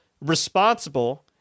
responsible